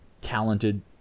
talented